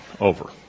over